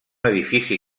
edifici